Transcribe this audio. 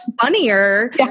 funnier